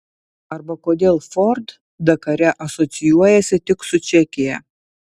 arba kodėl ford dakare asocijuojasi tik su čekija